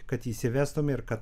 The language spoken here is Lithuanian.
kad įsivestum ir kad